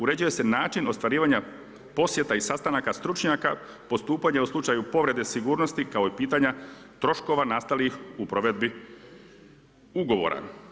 Uređuje se način ostvarivanja posjeta i sastanaka stručnjaka, postupanje u slučaju povrede sigurnosti kao i pitanja troškova nastalih u provedbi ugovora.